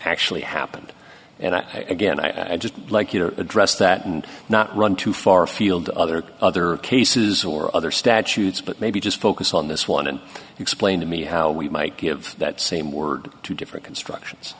actually happened and i again i'd just like you to address that and not run too far afield other other cases or other statutes but maybe just focus on this one and explain to me how we might give that same word to different constructions